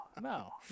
no